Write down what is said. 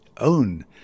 own